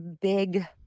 big